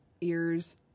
ears